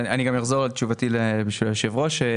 אני גם אחזור על תשובתי בשביל היושב ראש.